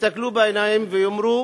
יסתכלו בעיניים ויאמרו: